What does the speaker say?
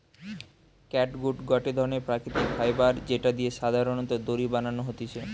catgut গটে ধরণের প্রাকৃতিক ফাইবার যেটা দিয়ে সাধারণত দড়ি বানানো হতিছে